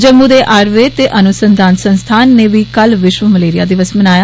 जम्मू दे आर्युवेद ते अनुसंघान संस्थान नै बी कल विश्व मलेरिया दिवस मनाया